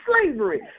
slavery